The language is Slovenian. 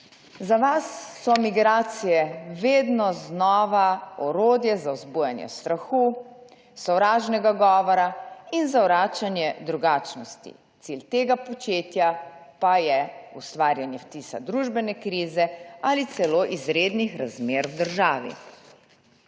Za vas so migracije vedno znova orodje za vzbujanje strahu, sovražnega govora in zavračanje drugačnosti, cilj tega početja pa je ustvarjanje vtisa družbene krize ali celo izrednih razmer v državi,